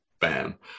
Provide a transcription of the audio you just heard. bam